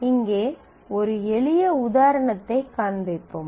இங்கே ஒரு எளிய உதாரணத்தைக் காண்பிப்போம்